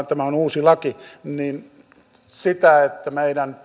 tämä uusi sähköturvallisuuslaki sitä että meidän